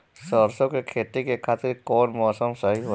सरसो के खेती के खातिर कवन मौसम सही होला?